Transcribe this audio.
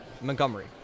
Montgomery